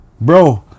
Bro